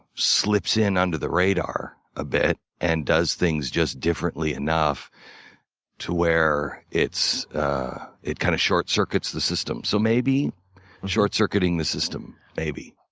slips in under the radar a bit and does things just differently enough to where it kind of short circuits the system. so maybe short circuiting the system, maybe.